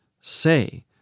say